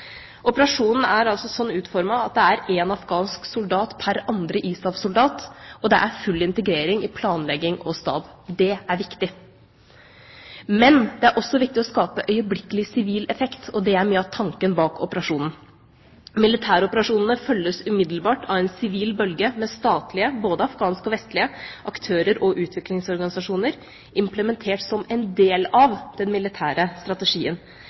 Operasjonen er altså slik utformet at det er én afghansk soldat pr. andre ISAF-soldat, og det er full integrering i planlegging og stab. Det er viktig. Men det er også viktig å skape øyeblikkelig sivil effekt, og det er mye av tanken bak operasjonen. Militæroperasjonene følges umiddelbart av en sivil bølge med statlige – både afghanske og vestlige – aktører og utviklingsorganisasjoner implementert som en del av den militære strategien.